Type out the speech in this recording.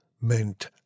meant